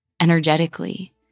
energetically